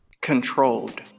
controlled